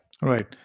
Right